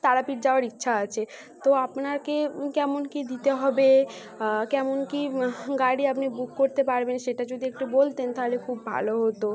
তারাপীঠ যাওয়ার ইচ্ছা আছে তো আপনাকে কেমন কী দিতে হবে কেমন কী গাড়ি আপনি বুক করতে পারবেন সেটা যদি একটু বলতেন তাহলে খুব ভালো হতো